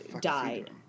died